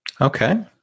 Okay